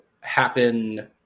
happen